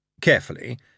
Carefully